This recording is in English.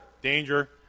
Danger